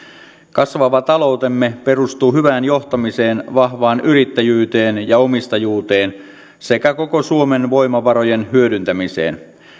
kasvava taloutemme perustuu hyvään johtamiseen vahvaan yrittäjyyteen ja omistajuuteen sekä koko suomen voimavarojen hyödyntämiseen